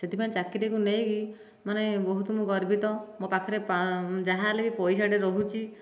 ସେଥିପାଇଁ ଚାକିରିକୁ ନେଇକି ମାନେ ବହୁତ ମୁଁ ଗର୍ବିତ ମୋ' ପାଖରେ ଯାହା ହେଲେ ବି ପଇସାଟିଏ ରହୁଛି